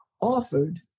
offered